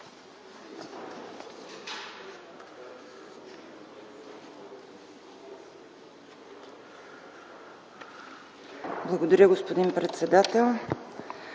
Благодаря, господин председател.